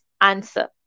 answer